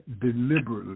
deliberately